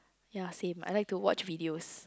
ya same I like to watch videos